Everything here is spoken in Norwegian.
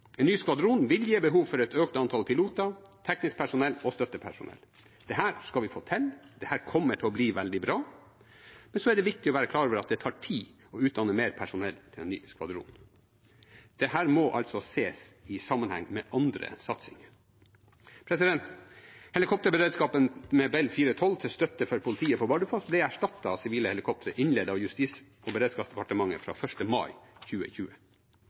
En ny skvadron vil gi behov for et økt antall piloter, teknisk personell og støttepersonell. Dette skal vi få til, dette kommer til å bli veldig bra. Så er det viktig å være klar over at det tar tid å utdanne mer personell til en ny skvadron. Dette må altså ses i sammenheng med andre satsinger. Helikopterberedskapen med Bell 412 til støtte for politiet på Bardufoss ble erstattet av sivile helikoptre innleid av Justis- og beredskapsdepartementet fra 1. mai 2020.